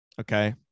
Okay